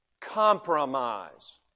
compromise